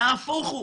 נהפוך הוא